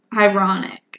ironic